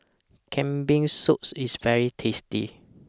Kambing Soups IS very tasty